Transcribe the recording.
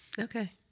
Okay